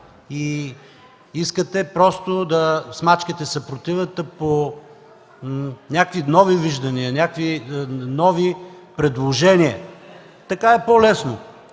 искате да смачкате съпротивата по някакви нови виждания, някакви нови предложения. Така е по-лесно.